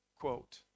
quote